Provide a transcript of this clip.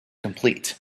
complete